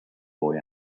boy